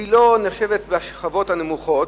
היא לא נחשבת למישהי מהשכבות הנמוכות,